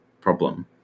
problem